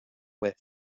with